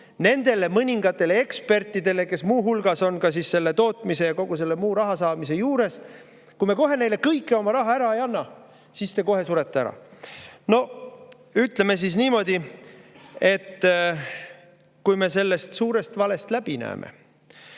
nendele mõningatele ekspertidele, kes muu hulgas on ka selle tootmise ja kogu selle muu raha saamise juures. Kui me kohe neile kogu oma raha ära ei anna, siis me sureme kohe ära. Ütleme siis niimoodi, et kui me sellest suurest valest läbi näeme,